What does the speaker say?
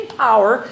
power